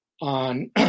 on